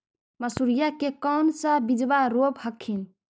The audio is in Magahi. मसुरिया के कौन सा बिजबा रोप हखिन?